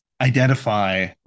identify